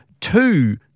two